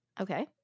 okay